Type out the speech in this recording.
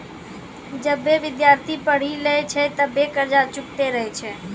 जबे विद्यार्थी पढ़ी लै छै तबे कर्जा चुकैतें रहै छै